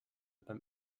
beim